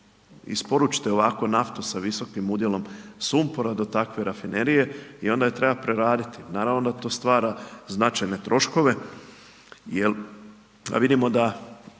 isporučite ovako naftu sa visokim udjelom sumpora, do takve rafinerije i onda je treba preraditi. Naravno da to stvara značajne troškove,